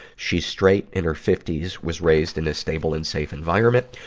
she's straight, in her fifty s, was raised in a stable and safe environment.